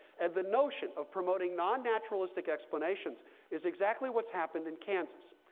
and the notion of promoting non-naturalistic explanations is exactly what's happened in kansas.